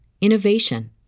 innovation